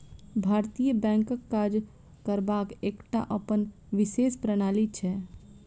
भारतीय बैंकक काज करबाक एकटा अपन विशेष प्रणाली छै